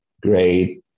great